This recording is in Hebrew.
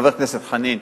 חבר הכנסת חנין,